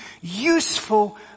useful